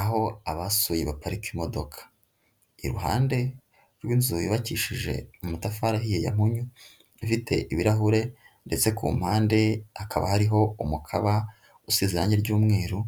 Aho abasuye baparika imodoka, iruhande rw'inzu yubakishije amatafari ahiye ya mpunyu ifite ibirahure ndetse kumpande hakaba hariho umukaba usize irange ry'umweru